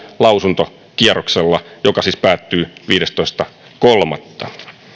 lausuntokierroksella joka siis päättyy viidestoista kolmatta